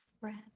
Friend